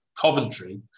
Coventry